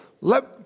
let